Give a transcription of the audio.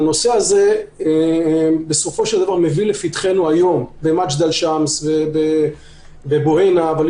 הנושא הזה מביא לפתחנו היום במג'ד אל-שאמס וב- -- ולפני